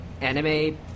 anime